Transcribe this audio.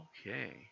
Okay